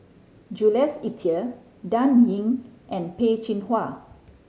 Jules Itier Dan Ying and Peh Chin Hua